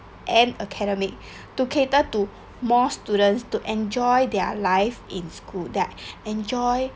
and academic to cater to more students to enjoy their life in school they're enjoy